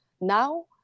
Now